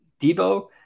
Debo